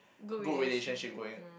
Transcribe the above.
good relationship going